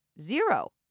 Zero